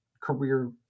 career